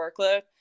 workload